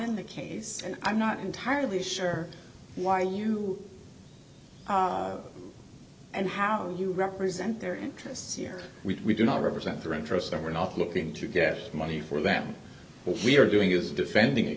in the case and i'm not entirely sure why you and how you represent their interests here we do not represent their interests and we're not looking to get money for them we are doing is defending a